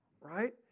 right